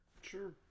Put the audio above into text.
Sure